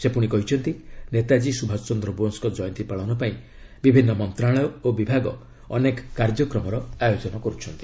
ସେ ପୁଣି କହିଛନ୍ତି ନେତାଜୀ ସୁଭାଷ ଚନ୍ଦ୍ର ବୋଷଙ୍କ ଜୟନ୍ତୀ ପାଳନ ପାଇଁ ବିଭିନ୍ନ ମନ୍ତ୍ରଣାଳୟ ଓ ବିଭାଗ ଅନେକ କାର୍ଯ୍ୟକ୍ରମର ଆୟୋଜନ କର୍ଚ୍ଚନ୍ତି